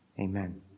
amen